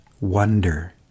Wonder